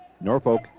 Norfolk